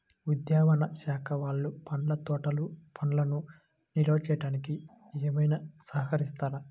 ఉద్యానవన శాఖ వాళ్ళు పండ్ల తోటలు పండ్లను నిల్వ చేసుకోవడానికి ఏమైనా సహకరిస్తారా?